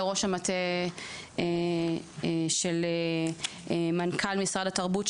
לראש המטה של מנכ"ל משרד התרבות,